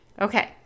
Okay